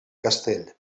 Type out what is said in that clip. castell